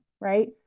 right